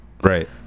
right